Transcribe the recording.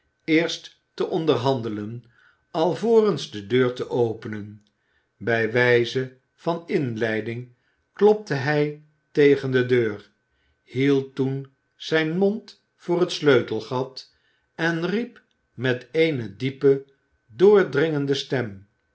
eerst te onderhandelen alvorens de deur te openen bij wijze van inleiding klopte hij tegen de deur hield toen zijn mond voor het sleutelgat en riep met eene diepe doordringende stem